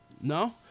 No